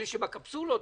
אלה שבקפסולות.